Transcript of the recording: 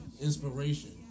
inspiration